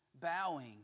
bowing